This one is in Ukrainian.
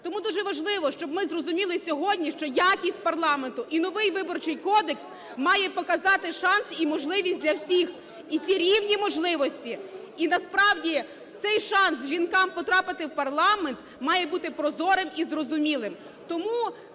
Тому дуже важливо, щоб ми зрозуміли сьогодні, що якість парламенту і новий Виборчий кодекс має показати шанс і можливість для всіх і ці рівні можливості. І насправді цей шанс жінкам потрапити в парламент має бути прозорим і зрозумілим.